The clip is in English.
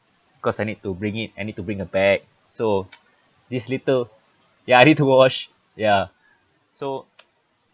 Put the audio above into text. because I need to bring it I need to bring a bag so this little ya I need to wash ya so